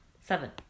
Seven